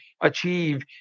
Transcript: achieve